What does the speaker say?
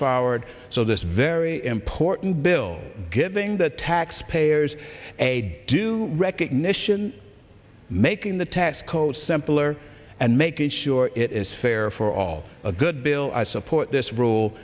forward so this very important bill giving the taxpayers a due recognition making the tax code simpler and making sure it is fair for all a good bill i support this rule